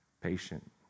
Patient